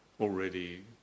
already